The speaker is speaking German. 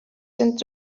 sind